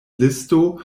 listo